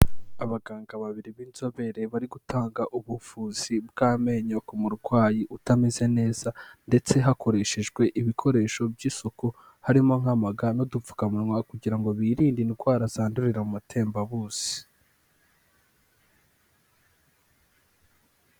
Abaganga babiri b'inzobere bari gutanga ubuvuzi bw'amenyo ku murwayi utameze neza, ndetse hakoreshejwe ibikoresho by'isuku, harimo nk'amaga n'udupfukamunwa kugira ngo birinde indwara zandurira mu matembabuzi.